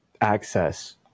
access